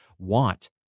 want